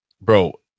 bro